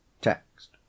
text